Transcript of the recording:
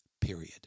period